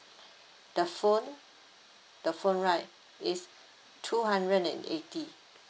the phone the phone right is two hundred and eighty